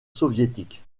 soviétique